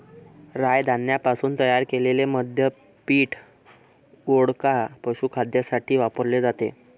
राय धान्यापासून तयार केलेले मद्य पीठ, वोडका, पशुखाद्यासाठी वापरले जाते